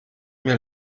mir